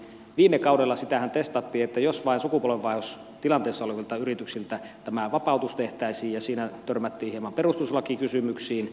viime kaudella sitähän testattiin että jos vain sukupolvenvaihdostilanteessa olevilta yrityksiltä tämä vapautus tehtäisiin ja siinä törmättiin hieman perustuslakikysymyksiin